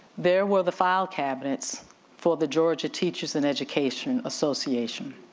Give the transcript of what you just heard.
there were the file cabinets for the georgia teachers and education association.